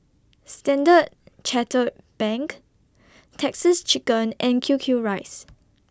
Standard Chartered Bank Texas Chicken and Q Q Rice